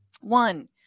one